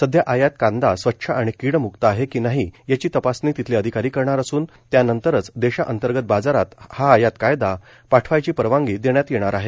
सध्या आयात कांदा स्वच्छ आणि कीडमुक्त आहे की नाही याची तपासणी तिथले अधिकारी करणार असून त्यानंतरच देशांतर्गत बाजारात हा आयात कांदा पाठवायची परवानगी देण्यात येणार आहे